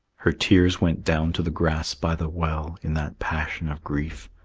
her tears went down to the grass by the well, in that passion of grief,